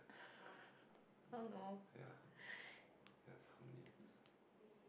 ya that's from me